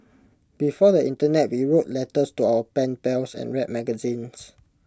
before the Internet we wrote letters to our pen pals and read magazines